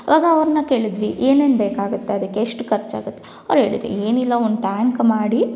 ಅವಾಗ ಅವ್ರನ್ನ ಕೇಳಿದ್ವಿ ಏನೇನು ಬೇಕಾಗುತ್ತೆ ಅದಕ್ಕೆ ಎಷ್ಟು ಖರ್ಚಾಗುತ್ತೆ ಅವ್ರು ಹೇಳಿದ್ರು ಏನಿಲ್ಲ ಒಂದು ಟ್ಯಾಂಕ್ ಮಾಡಿ